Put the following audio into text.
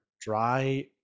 dry